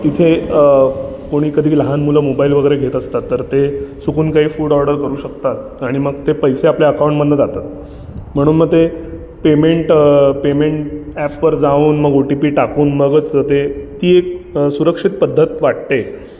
तिथे कोणी कधी लहान मुलं मोबाईल वगैरे घेत असतात तर ते चुकून काही फूड ऑर्डर करू शकतात आणि मग ते पैसे आपल्या अकाऊंटमधनं जातात म्हणून मग ते पेमेंट पेमेंट ॲपवर जाऊन ओ टी पी टाकून मगच ते ती एक सुरक्षित पद्धत वाटते